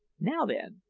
now, then,